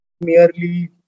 merely